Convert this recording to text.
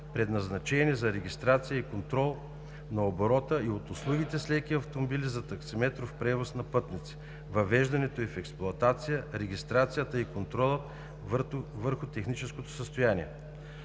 предназначени за регистрация и контрол на оборота от услугите с леки автомобили за таксиметров превоз на пътници, въвеждането ѝ в експлоатация, регистрацията и контролът върху техническото състояние.